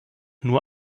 nur